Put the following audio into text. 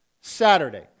Saturday